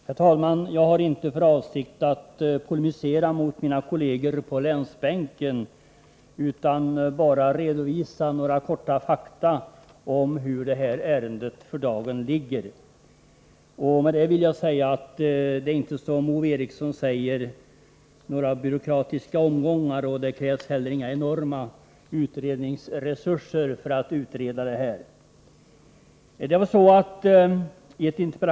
Herr talman! Jag har inte för avsikt att polemisera mot mina kolleger på länsbänken utan vill bara redovisa några korta fakta om hur det här ärendet ligger för dagen. Det behövs inte, som Ove Eriksson sade, några byråkratiska omgångar, och det krävs inte heller några enorma utredningsresurser för att utreda detta.